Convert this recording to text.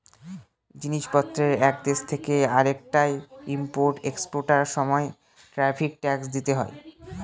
জিনিস পত্রের এক দেশ থেকে আরেকটায় ইম্পোর্ট এক্সপোর্টার সময় ট্যারিফ ট্যাক্স দিতে হয়